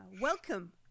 welcome